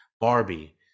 Barbie